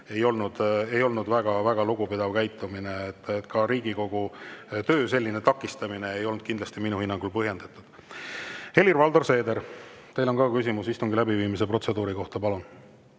ei olnud toona väga lugupidav käitumine. Ka Riigikogu töö selline takistamine ei olnud minu hinnangul kindlasti põhjendatud. Helir-Valdor Seeder, teil on ka küsimus istungi läbiviimise protseduuri kohta. Palun!